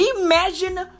Imagine